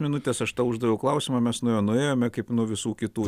minutes aš tau uždaviau klausimą mes nuo jo nuėjome kaip nuo visų kitų